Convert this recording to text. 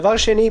דבר שני,